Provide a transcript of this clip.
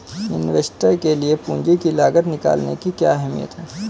Investor के लिए पूंजी की लागत निकालने की क्या अहमियत है?